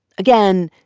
again,